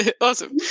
Awesome